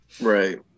right